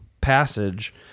passage